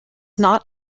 not